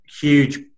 huge